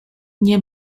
nie